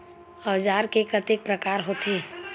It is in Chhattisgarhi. औजार के कतेक प्रकार होथे?